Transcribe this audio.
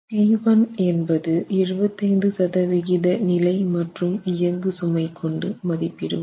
P1 என்பது 75 சதவிகித நிலை மற்றும் இயங்கு சுமை கொண்டு மதிப்பிடுவது